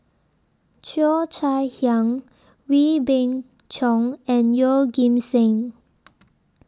Cheo Chai Hiang Wee Beng Chong and Yeoh Ghim Seng